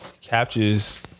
Captures